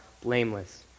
blameless